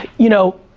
you know,